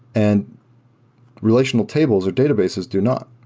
and relational tables or databases do not.